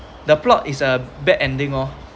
the plot is a bad ending lor